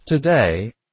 Today